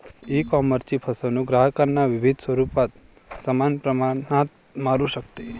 ईकॉमर्सची फसवणूक ग्राहकांना विविध स्वरूपात समान प्रमाणात मारू शकते